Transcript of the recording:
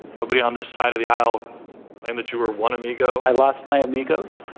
nobody on this side of the aisle and that you were one amigo. i lost my amigos.